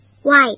White